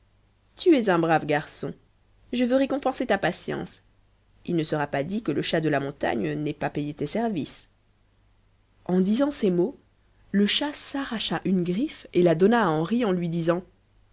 tu es un brave garçon je veux récompenser ta patience il ne sera pas dit que le chat de la montagne n'ait pas payé tes services en disant ces mots le chat s'arracha une griffe et la donna à henri en lui disant